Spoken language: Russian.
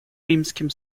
римским